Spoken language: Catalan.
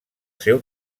seu